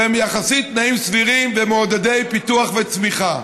שהם תנאים סבירים יחסית ומעודדי פיתוח וצמיחה.